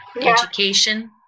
education